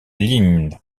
lignes